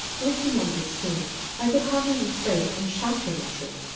looking on this scene i could hardly refrain from shouting with joy,